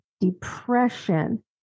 depression